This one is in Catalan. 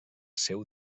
seu